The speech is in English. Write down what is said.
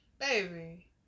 Baby